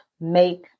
make